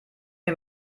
mir